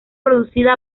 producida